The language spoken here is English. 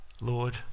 Lord